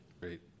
Great